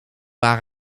waren